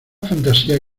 fantasía